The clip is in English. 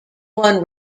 won